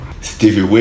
Stevie